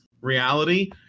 reality